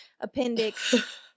appendix